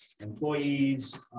employees